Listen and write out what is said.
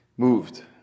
Moved